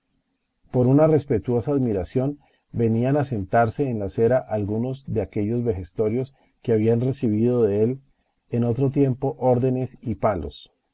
por una respetuosa admiración venían a sentarse en la acera algunos de aquellos vejestorios que habían recibido de él en otro tiempo órdenes y palos